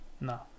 No